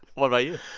what about you?